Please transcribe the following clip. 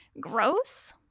gross